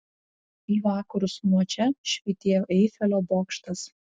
į vakarus nuo čia švytėjo eifelio bokštas